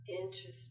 Interesting